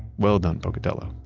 well done pocatello.